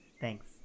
Thanks